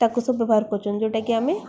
ତାକୁ ସବୁ ବ୍ୟବହାର କରୁଛନ୍ତି ଯେଉଁଟା କି ଆମେ